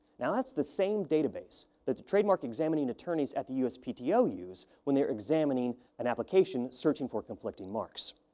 now, that's the same database that the trademark examining attorneys at the uspto use when they're examining an application, searching for conflicting marks.